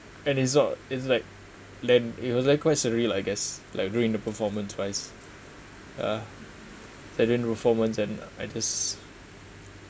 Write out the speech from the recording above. and it's not it's like let it was like quite surreal I guess like during the performance twice uh sudden performance and I just